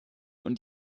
und